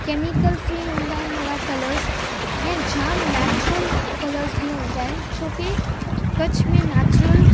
chemical free हूंदा आहिनि ओहिड़ा कलर्स ऐं जाम नेचुरल कलर्स बि हूंदा आहिनि छो की कच्छ में नेचुरल